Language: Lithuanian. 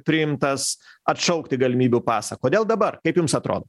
priimtas atšaukti galimybių pasą kodėl dabar kaip jums atrodo